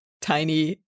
tiny